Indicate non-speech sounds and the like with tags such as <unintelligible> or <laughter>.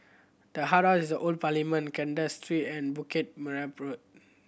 the <unintelligible> is Old Parliament Kandahar Street and Bukit <unintelligible>